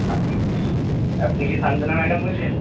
আপনি আপনি কি সান্তনা ম্যাডাম বলেছেন